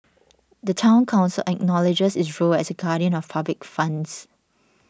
the Town Council acknowledges its role as a guardian of public funds